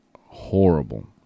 horrible